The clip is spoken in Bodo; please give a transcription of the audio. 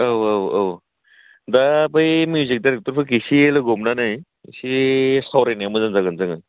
औ औ औ दा बै मिउजिक डायरेक्टरफोरखौ एसे लोगो हमनानै एसे सावरायनायआ मोजां जागोन जोङो